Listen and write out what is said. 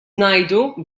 ngħidu